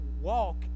walk